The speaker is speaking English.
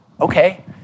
Okay